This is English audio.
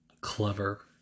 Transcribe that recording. clever